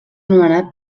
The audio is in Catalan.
nomenat